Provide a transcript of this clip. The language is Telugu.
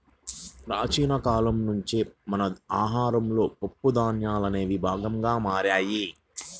ప్రాచీన కాలం నుంచే మన ఆహారంలో పప్పు ధాన్యాలనేవి భాగంగా మారాయి